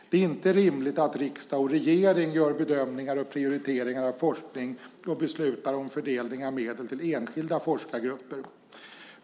Det är inte rimligt att riksdag och regering gör bedömningar och prioriteringar av forskning och beslutar om fördelning av medel till enskilda forskargrupper.